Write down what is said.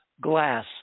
glass